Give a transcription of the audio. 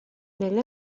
negli